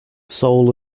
soul